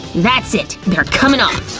that's it! they're coming off!